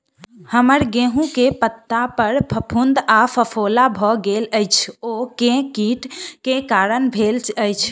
हम्मर गेंहूँ केँ पत्ता पर फफूंद आ फफोला भऽ गेल अछि, ओ केँ कीट केँ कारण भेल अछि?